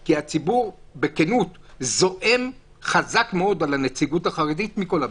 כי הציבור בכנות זועם חזק מאוד על הנציגות החרדית מכל המגוונים.